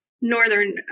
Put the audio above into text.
Northern